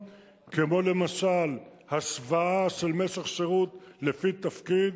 כמו למשל השוואה של משך שירות לפי תפקיד,